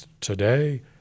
today